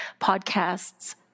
podcasts